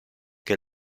che